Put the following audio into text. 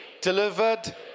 delivered